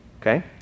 Okay